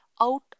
Out